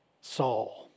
Saul